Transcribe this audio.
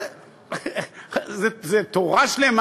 זאת תורה שלמה,